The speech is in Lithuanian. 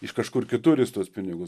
iš kažkur kitur jis tuos pinigus